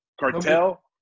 cartel